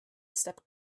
stepped